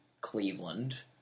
Cleveland